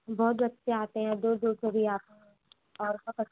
बहुत बच्चे आते हैं दूर दूर से भी आते हैं और सब